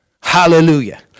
Hallelujah